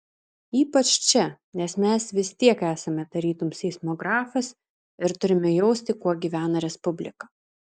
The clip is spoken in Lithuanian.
ypač čia nes mes vis tiek esame tarytum seismografas ir turime jausti kuo gyvena respublika